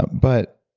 but